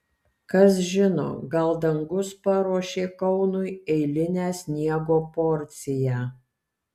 kas žino gal dangus paruošė kaunui eilinę sniego porciją